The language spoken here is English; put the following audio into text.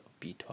b12